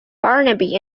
barnaby